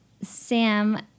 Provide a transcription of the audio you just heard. Sam